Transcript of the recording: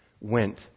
went